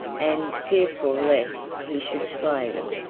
and, fearful lest he should slay them,